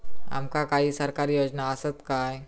आमका काही सरकारी योजना आसत काय?